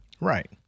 Right